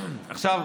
עכשיו,